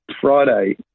Friday